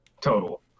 total